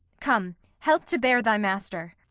come, help to bear thy master.